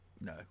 no